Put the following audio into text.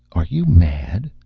are you mad?